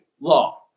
law